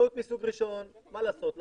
טעות מסוג ראשון מה לעשות,